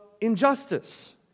injustice